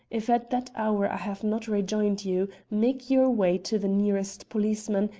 if at that hour i have not rejoined you, make your way to the nearest policeman,